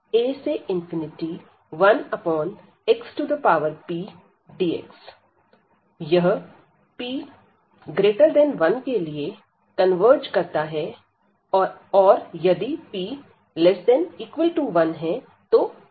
यह p 1 के लिए कन्वर्ज करता है और यदि p ≤1 तो डायवर्ज करता है